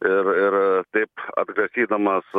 ir ir taip atgrasydamas